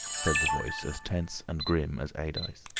said the voice, as tense and grim as adye's.